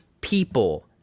people